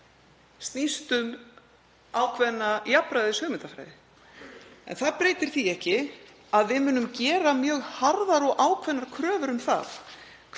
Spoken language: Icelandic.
snýst það um ákveðna jafnræðishugmyndafræði. En það breytir því ekki að við munum gera mjög harðar og ákveðnar kröfur um það